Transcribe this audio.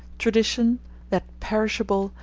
tradition that perishable,